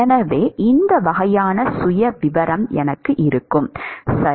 எனவே இந்த வகையான சுயவிவரம் எனக்கு இருக்கும் சரி